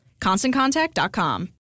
ConstantContact.com